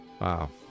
Wow